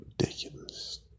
Ridiculous